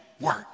work